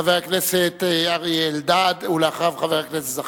חבר הכנסת אריה אלדד, ואחריו, חבר הכנסת זחאלקה.